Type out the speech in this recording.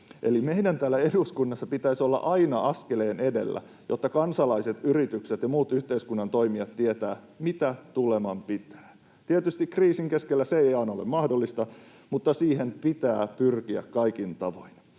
Eli meidän täällä eduskunnassa pitäisi olla aina askeleen edellä, jotta kansalaiset, yritykset ja muut yhteiskunnan toimijat tietävät, mitä tuleman pitää. Tietysti kriisin keskellä se ei aina ole mahdollista, mutta siihen pitää pyrkiä kaikin tavoin.